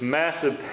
massive